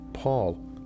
Paul